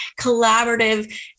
collaborative